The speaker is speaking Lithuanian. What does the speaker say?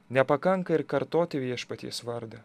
nepakanka ir kartoti viešpaties vardą